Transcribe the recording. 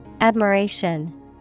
Admiration